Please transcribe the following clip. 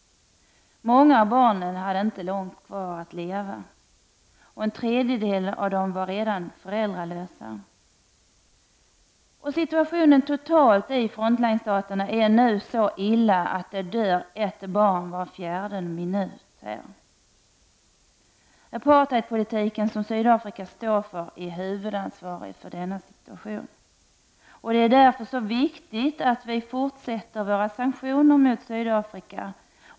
Många av barnen hade inte långt kvar att leva. En tredjedel av dem var redan föräldralösa. Och situationen totalt i frontline-staterna är nu så svår att det dör ett barn där var fjärde minut. Apartheidpolitiken, som Sydafrika står för, är huvudansvarig för denna situation. Därför är det så viktigt att vi fortsätter våra sanktioner mot Sydafrika.